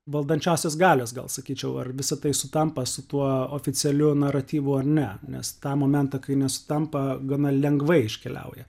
valdančiosios galios gal sakyčiau ar visa tai sutampa su tuo oficialiu naratyvu ar ne nes tą momentą kai nesutampa gana lengvai iškeliauja